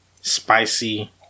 Spicy